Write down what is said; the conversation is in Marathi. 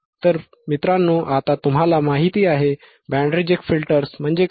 तर मित्रांनो आता तुम्हाला माहिती आहे बँड रिजेक्ट फिल्टर्स म्हणजे काय